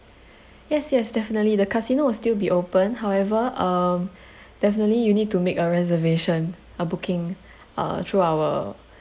yes yes definitely the casino will still be open however um definitely you need to make a reservation a booking uh through our